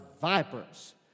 vipers